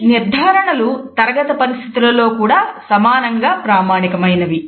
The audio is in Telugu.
ఈ నిర్థారణలు తరగతి పరిస్థితులలోకూడా సమానంగా ప్రామాణికమైనవి